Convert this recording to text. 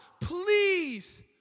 please